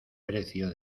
precio